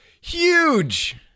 huge